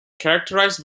characterized